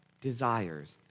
desires